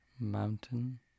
Mountain